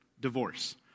divorce